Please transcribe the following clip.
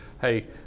hey